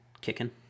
kicking